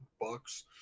bucks